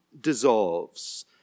dissolves